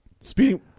Speeding